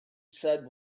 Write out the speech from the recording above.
said